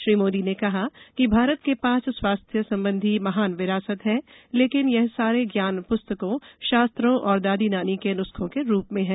श्री मोदी ने कहा कि भारत के पास स्वास्थ्य संबंधी महान विरासत है लेकिन यह सारा ज्ञान पुस्तकों शास्त्रों और दादी नानी के नुस्खों के रूप में है